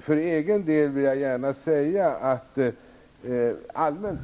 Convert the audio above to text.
För egen del vill jag gärna säga att jag allmänt